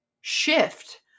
shift